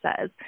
says